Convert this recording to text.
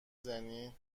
زنی